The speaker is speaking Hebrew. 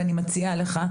ואני מציעה לך,